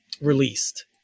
released